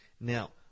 Now